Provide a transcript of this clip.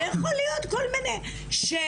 זה יכול להיות כל מיני דברים,